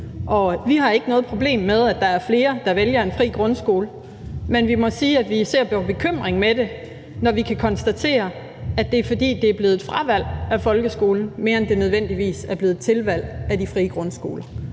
Vi har ikke noget problem med, at der er flere, der vælger en fri grundskole, men vi må sige, at vi ser med bekymring på, at vi kan konstatere, at det er, fordi det mere er blevet udtryk for et fravalg af folkeskolen end nødvendigvis et tilvalg af de frie grundskoler.